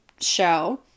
show